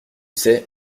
sais